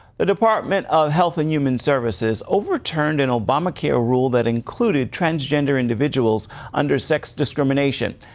the department of health and human services overturned an obama care rule that included transgender individuals under sex discrimination.